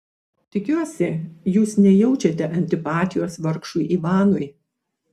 tikiuosi jūs nejaučiate antipatijos vargšui ivanui